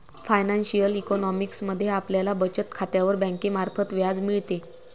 financial economics मध्ये आपल्याला बचत खात्यावर बँकेमार्फत व्याज मिळते